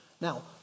Now